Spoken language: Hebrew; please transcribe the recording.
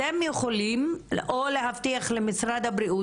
אתם יכולים להבטיח למשרד הבריאות,